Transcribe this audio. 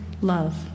love